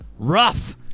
rough